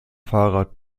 fahrer